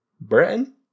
Britain